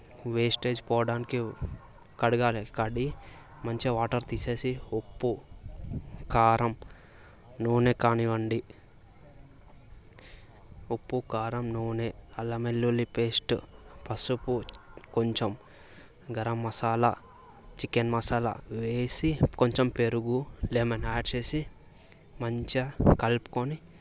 wastage పోవడానికి కడగాలి కడిగి మంచిగా వాటర్ తీసి ఉప్పు కారం నూనె కానివ్వండి ఉప్పు కారం నూనె అల్లం వెల్లుల్లి పేస్ట్ పసుపు కొంచెం గరం మసాలా చికెన్ మసాలా వేసి కొంచెం పెరుగు లెమన్ యాడ్ చేసి మంచిగా కలుపుకొని